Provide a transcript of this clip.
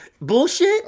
Bullshit